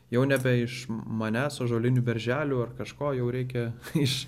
jau nebe iš manęs ąžuolinių berželių ar kažko jau reikia iš